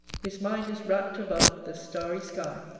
his mind is rapt above the starry sky.